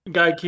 guy